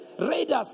raiders